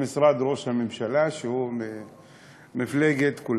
במשרד ראש הממשלה, שהוא ממפלגת כולנו.